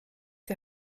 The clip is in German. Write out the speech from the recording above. die